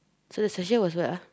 so this actually was what ah